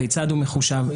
כיצד הוא מחושב,